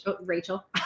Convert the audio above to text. Rachel